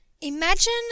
Imagine